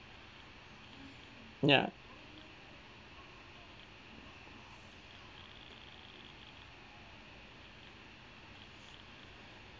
ya